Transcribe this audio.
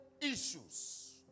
issues